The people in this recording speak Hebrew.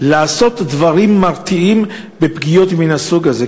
לעשות דברים מרתיעים בפגיעות מן הסוג הזה?